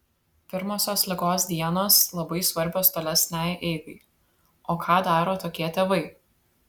pirmosios ligos dienos labai svarbios tolesnei eigai o ką daro tokie tėvai